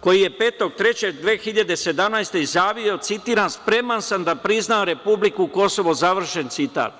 koji je 5. marta 2017. godine izjavio, citiram - spreman sam da priznam Republiku Kosovo, završen citat.